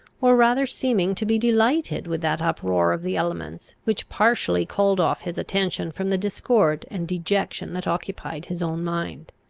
or rather seeming to be delighted with that uproar of the elements, which partially called off his attention from the discord and dejection that occupied his own mind.